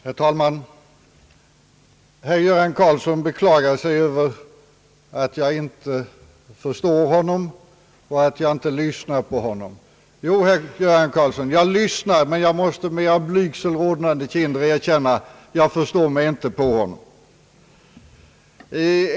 Herr talman! Herr Göran Karlsson beklagade sig över att jag inte förstår honom och att jag inte lyssnar på honom. Jo, herr Göran Karlsson, jag lyssnar men jag måste med av blygsel rodnande kinder erkänna: Jag förstår inte.